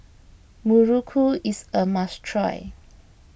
Muruku is a must try